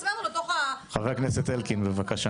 חבר הכנסת אלקין, בבקשה.